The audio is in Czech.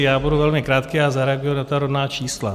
Já budu velmi krátký a zareaguji na ta rodná čísla.